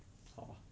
好